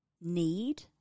need